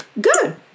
good